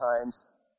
times